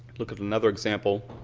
look at another example,